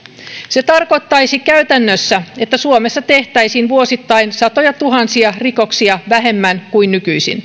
se tarkoittaisi käytännössä että suomessa tehtäisiin vuosittain satojatuhansia rikoksia vähemmän kuin